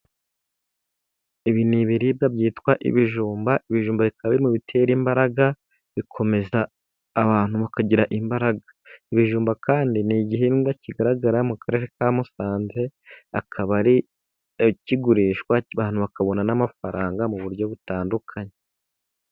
Ibi ni ibiribwa byitwa ibijumba, ibijumba bikaba biri mu bitera imbaraga, bikomeza abantu bakagira imbaraga. Ibijumba kandi n'igihingwa kigaragara mu karere ka musanze, akaba ari kigurishwa abantu bakabona n'amafaranga mu buryo butandukanye.